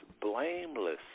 Blameless